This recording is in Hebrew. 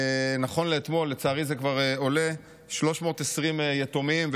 נכון לאתמול, לצערי זה כבר עולה, 320 יתומים.